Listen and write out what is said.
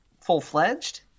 full-fledged